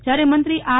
જ્યારે મંત્રી આર